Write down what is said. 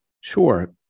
Sure